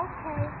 Okay